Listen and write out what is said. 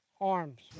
arms